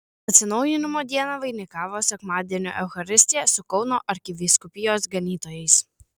atsinaujinimo dieną vainikavo sekmadienio eucharistija su kauno arkivyskupijos ganytojais